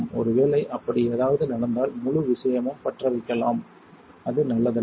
ஒருவேளை அப்படி ஏதாவது நடந்தால் முழு விஷயமும் பற்றவைக்கலாம் அது நல்லதல்ல